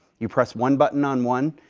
you press one button on one,